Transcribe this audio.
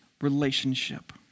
relationship